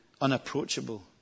unapproachable